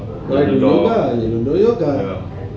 come to yellow yoga